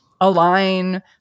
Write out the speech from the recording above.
align